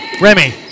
Remy